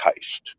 heist